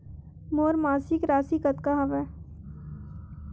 मोर मासिक राशि कतका हवय?